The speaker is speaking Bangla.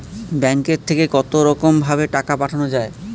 ব্যাঙ্কের থেকে কতরকম ভাবে টাকা পাঠানো য়ায়?